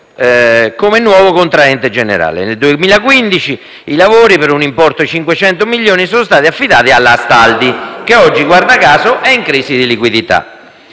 come nuovo contraente generale. Nel 2015, i lavori, per un importo di circa 500 milioni, sono stati affidati ad Astaldi, che oggi, guarda caso, è in crisi di liquidità.